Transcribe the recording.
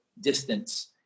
distance